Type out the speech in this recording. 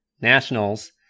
Nationals